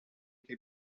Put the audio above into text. che